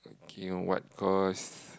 okay what course